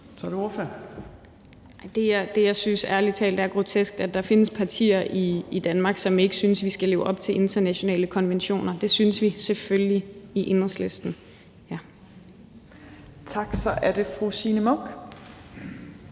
Villadsen (EL): Det, jeg ærlig talt synes er grotesk, er, at der findes partier i Danmark, som ikke synes, vi skal leve op til internationale konventioner. Det synes vi selvfølgelig i Enhedslisten. Kl. 15:40 Fjerde